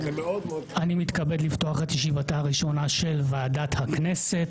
אני מתכבד לפתוח את ישיבתה הראשונה של ועדת הכנסת.